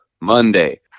monday